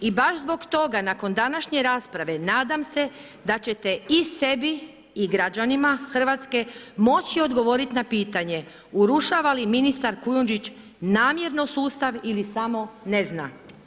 I baš zbog toga nakon današnje rasprave nadam se da ćete i sebi i građanima Hrvatske moći odgovoriti na pitanje urušava li ministar Kujundžić namjerno sustav ili samo ne zna.